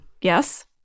Yes